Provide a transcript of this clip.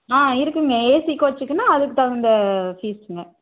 ஆ இருக்குதுங்க ஏசி கோச்சிக்குன்னால் அதுக்கு தகுந்த ஃபீஸுங்க